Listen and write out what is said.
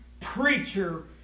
preacher